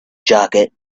jacket